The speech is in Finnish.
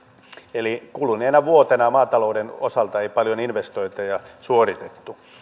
eli kuluneena vuotena maatalouden osalta ei paljon investointeja suoritettu